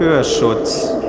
Hörschutz